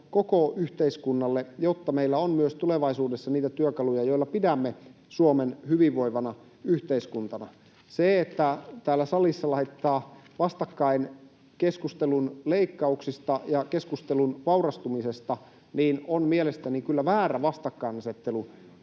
koko yhteiskunnalle, että meillä on myös tulevaisuudessa niitä työkaluja, joilla pidämme Suomen hyvinvoivana yhteiskuntana. Se, että täällä salissa laitetaan vastakkain keskustelu leikkauksista ja keskustelu vaurastumisesta, on mielestäni kyllä väärä vastakkainasettelu.